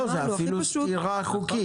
זו אפילו סתירה חוקית.